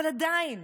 אבל עדיין,